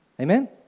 Amen